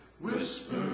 whisper